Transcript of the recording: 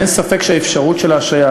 אין ספק שהאפשרות של השעיה,